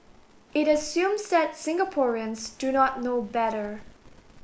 it assumes that Singaporeans do not know better